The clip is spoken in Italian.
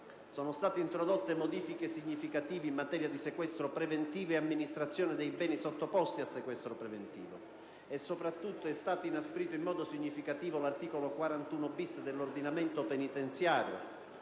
Sono state introdotte modifiche significative in materia di sequestro preventivo e amministrazione dei beni sottoposti a sequestro preventivo. Soprattutto, è stato inasprito in modo significativo l'articolo 41-*bis* dell'ordinamento penitenziario: